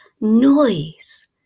noise